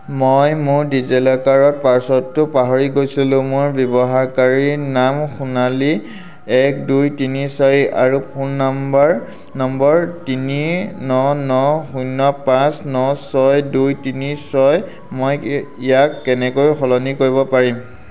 মই মোৰ ডিজিলকাৰ পাছৱৰ্ডটো পাহৰি গৈছিলোঁ মোৰ ব্যৱহাৰকাৰীৰ নাম সোণালী এক দুই তিনি চাৰি আৰু ফোন নাম্বাৰ নম্বৰ তিনি ন ন শূন্য পাঁচ ন ছয় দুই তিনি ছয় মই ইয়াক কেনেকৈ সলনি কৰিব পাৰিম